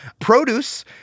Produce